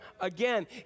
again